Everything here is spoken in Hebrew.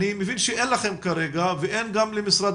אני מבין שאין לכם כרגע ואין למשרד